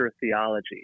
theology